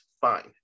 fine